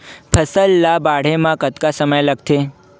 फसल ला बाढ़े मा कतना समय लगथे?